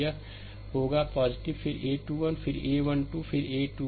यह होगा फिर a2 1 फिर a1 2 फिर a2